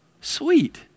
sweet